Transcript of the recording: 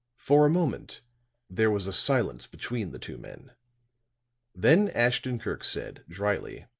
for a moment there was a silence between the two men then ashton-kirk said, dryly